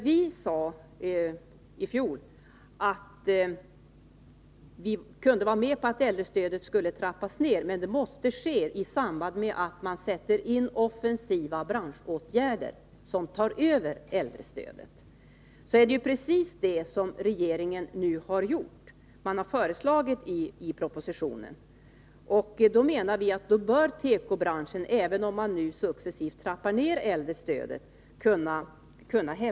Vi sade i fjol att vi kunde gå med på att äldrestödet skulle trappas ned, men att offensiva branschåtgärder i stället måste sättas in. Det är precis vad regeringen nu har föreslagit i propositionen. Vi tycker att tekobranschen, även om äldrestödet nu successivt trappas ned, bör kunna hävda sig.